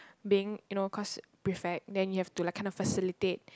being you know cause prefect then you have to kind of facilitate